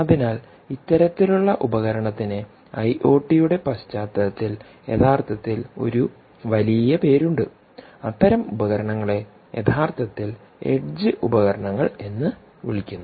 അതിനാൽ ഇത്തരത്തിലുള്ള ഉപകരണത്തിന് ഐഒടിയുടെ പശ്ചാത്തലത്തിൽ യഥാർത്ഥത്തിൽ ഒരു വലിയ പേരുണ്ട് അത്തരം ഉപകരണങ്ങളേ യഥാർത്ഥത്തിൽ എഡ്ജ് ഉപകരണങ്ങൾ എന്ന് വിളിക്കുന്നു